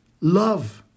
Love